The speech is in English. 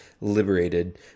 liberated